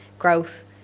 growth